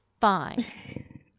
fine